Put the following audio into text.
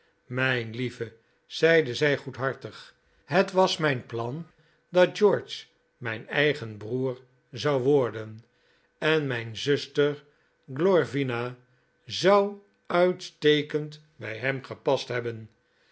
mijn lieve zeide zij goedhartig het was mijn plan dat george mijn eigen broer zou worden en mijn zuster glorvina zou uitstekend bij hem gepast hebben